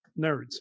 nerds